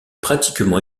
pratiquement